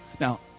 Now